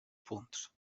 punts